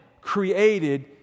created